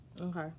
Okay